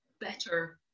better